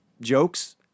jokes